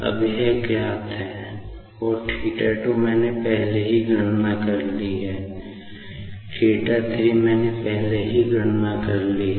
अब यह ज्ञात है और θ 2 मैंने पहले ही गणना कर ली है θ 3 मैंने पहले ही गणना कर ली है